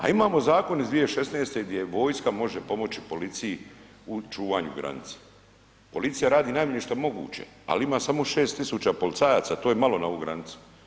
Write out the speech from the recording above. A imamo zakon iz 2016. gdje vojska može pomoći policiji u čuvanju granica, policija radi najmanje što je moguće, ali ima samo 6.000 policajaca to je malo na ovu granicu.